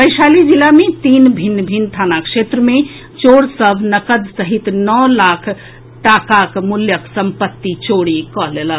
वैशाली जिला मे तीन भिन्न भिन्न थाना क्षेत्र मे चोर सभ नकद सहित नओ लाख टाकाक मूल्यक संपत्तिक चोरी कऽ लेलक